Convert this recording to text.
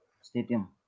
Stadium